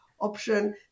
option